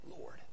Lord